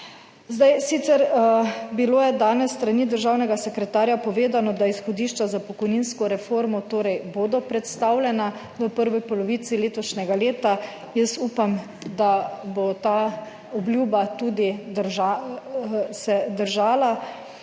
Zdaj sicer bilo je danes s strani državnega sekretarja povedano, da izhodišča za pokojninsko reformo torej bodo predstavljena v prvi polovici letošnjega leta. Jaz upam, da bo ta obljuba tudi 75.